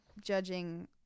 judging